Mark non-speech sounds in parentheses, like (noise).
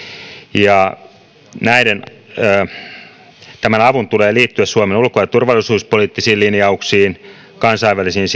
ja tämän avun tulee liittyä suomen ulko ja turvallisuuspoliittisiin linjauksiin kansainvälisiin (unintelligible)